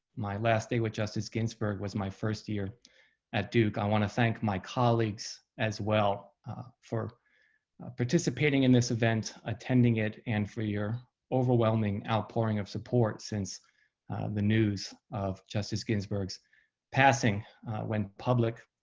my last day with justice ginsburg was my first year at duke. i want to thank my colleagues as well for participating in this event, attending it, and for your overwhelming outpouring of support since the news of justice ginsburg's passing went public.